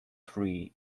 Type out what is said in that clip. free